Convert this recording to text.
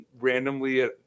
randomly